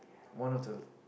one of the